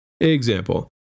Example